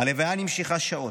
הלוויה נמשכה שעות.